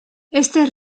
aquest